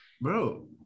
bro